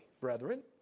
brethren